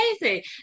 amazing